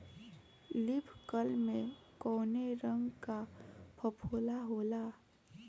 Leaf curl में कौने रंग का फफोला होला?